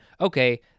Okay